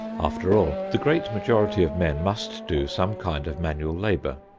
after all, the great majority of men must do some kind of manual labor.